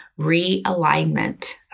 realignment